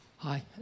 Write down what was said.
Hi